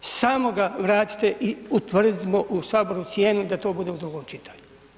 Samo ga vratite i utvrdimo u Saboru cijenu da to bude u drugom čitanju.